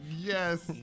yes